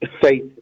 faith